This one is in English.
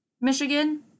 Michigan